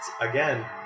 Again